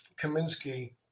Kaminsky